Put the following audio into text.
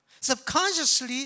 Subconsciously